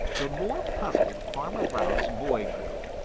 the more puzzled farmer brown's boy grew.